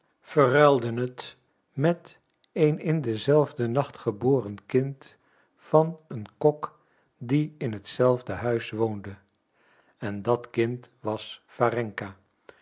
het met een in denzelfden nacht geboren kind van een kok die in hetzelfde huis woonde en dat kind was warenka